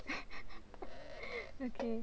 okay